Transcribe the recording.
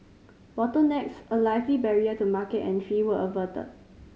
bottlenecks a likely barrier to market entry were averted